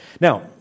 Now